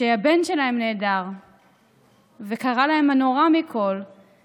שהבן שלהם נעדר וקרה להם הנורא מכול,